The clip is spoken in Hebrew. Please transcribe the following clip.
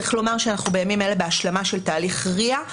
צריך לומר שאנחנו בימים האלה בהשלמה של תהליך ria.